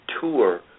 tour